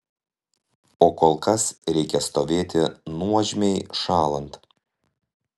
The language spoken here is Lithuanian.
o kol kas reikia stovėti nuožmiai šąlant